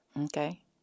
Okay